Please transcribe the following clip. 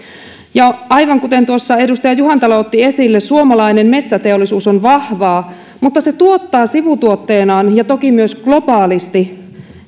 aivan kuten edustaja juhantalo otti esille suomalainen metsäteollisuus on vahvaa mutta se tuottaa sivutuotteenaan ja toki myös globaalisti